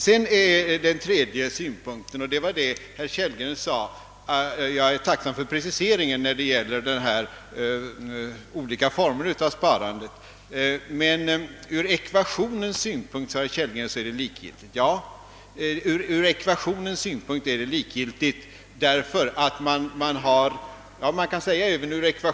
För det tredje är jag tacksam för herr Kellgrens precisering beträffande olika former av sparande. Herr Kellgren sade att ur expansionssynpunkt är det likgiltigt hur sparandet äger rum.